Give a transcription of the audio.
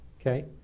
Okay